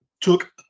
took